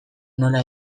nola